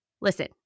listen